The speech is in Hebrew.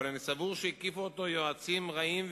אבל אני סבור שהקיפו אותו יועצים רעים,